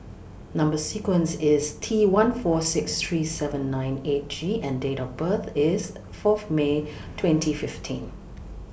Number sequence IS T one four six three seven nine eight G and Date of birth IS four May twenty fifteen